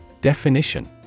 Definition